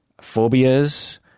phobias